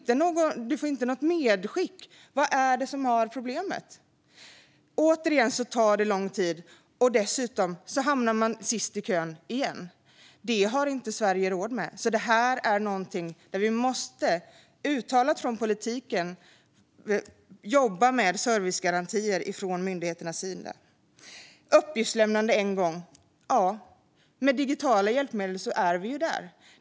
Men man får inte något medskick om vad som är problemet. Återigen tar det lång tid. Dessutom hamnar man sist i kön igen. Det har Sverige inte råd med. Därför måste vi från politiken jobba med servicegarantier från myndigheternas sida. Man ska behöva lämna en uppgift bara en gång. Med digitala hjälpmedel är vi där.